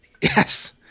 yes